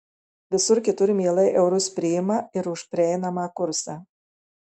visur kitur mielai eurus priima ir už prieinamą kursą